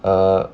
err